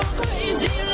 crazy